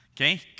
Okay